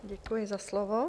Děkuji za slovo.